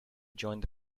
joined